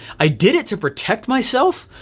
i did it to protect myself,